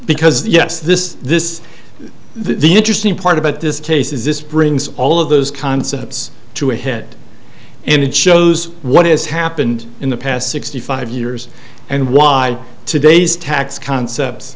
because yes this is this the interesting part about this case is this brings all of those concepts to a hit and it shows what has happened in the past sixty five years and why today's tax concept